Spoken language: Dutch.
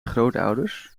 grootouders